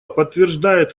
подтверждает